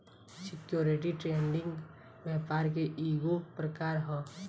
security trading व्यापार के ईगो प्रकार ह